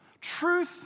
truth